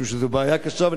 משום שזאת בעיה קשה.